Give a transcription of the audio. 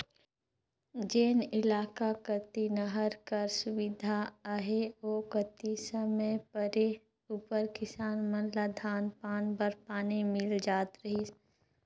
जेन इलाका कती नहर कर सुबिधा अहे ओ कती समे परे उपर किसान मन ल धान पान बर पानी मिल जात रहिस